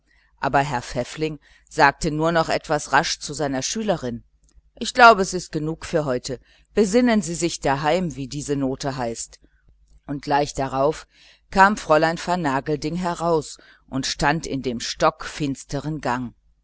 aber herr pfäffling sagte nur noch etwas rasch zu seiner schülerin ich glaube es ist genug für heute besinnen sie sich daheim wie diese note heißt und gleich darauf kam fräulein vernagelding heraus und stand in dem stockfinsteren gang